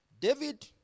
David